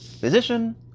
physician